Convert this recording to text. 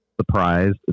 surprised